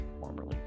formerly